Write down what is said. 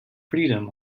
freedom